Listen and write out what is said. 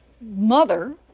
mother